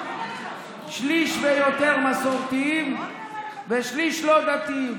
שליש ויותר מסורתיים ושליש לא דתיים.